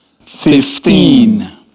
fifteen